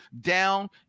down